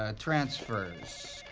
ah transfers.